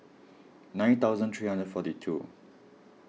nine thousand three hundred and forty two